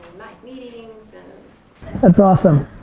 meetings. and that's awesome.